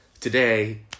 today